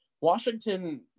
Washington